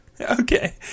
Okay